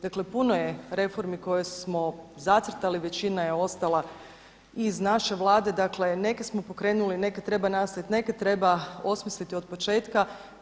Dakle puno je reformi koje smo zacrtali, većina je ostala i iz naše vlade, dakle neke smo pokrenuli, neke treba nastaviti, neke treba osmisliti od početka.